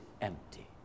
empty